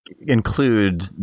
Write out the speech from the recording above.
include